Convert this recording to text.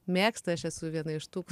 mėgsta aš esu viena iš tų